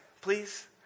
please